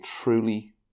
truly